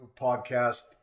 podcast